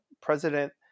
president